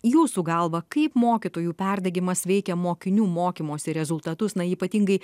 jūsų galva kaip mokytojų perdegimas veikia mokinių mokymosi rezultatus na ypatingai